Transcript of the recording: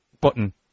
button